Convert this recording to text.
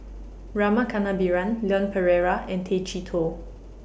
Rama Kannabiran Leon Perera and Tay Chee Toh